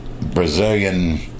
Brazilian